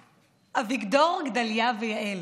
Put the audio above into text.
אביגדור, גדליה ויעל,